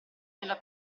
nella